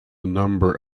number